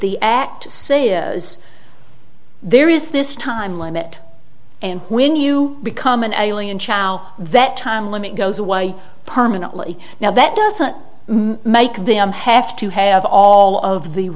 the act say is there is this time limit and when you become an alien chow that time limit goes away permanently now that doesn't make them have to have all of the